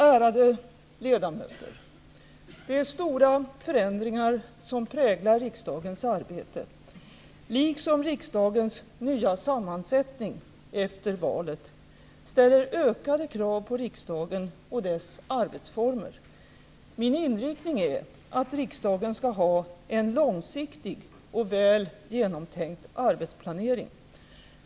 Ärade ledamöter! De stora förändringar som präglar riksdagens arbete, liksom riksdagens nya sammansättning efter valet, ställer ökade krav på riksdagen och dess arbetsformer. Min inriktning är att riksdagen skall ha en långsiktig och väl genomtänkt arbetsplanering.